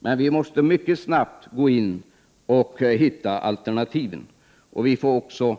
Men vi måste mycket snabbt hitta alternativ. Herr talman! Vi får också